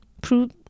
prove